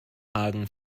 hagen